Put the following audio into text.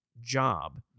job